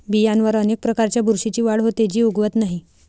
बियांवर अनेक प्रकारच्या बुरशीची वाढ होते, जी उगवत नाही